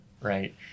Right